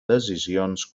decisions